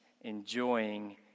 enjoying